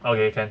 okay can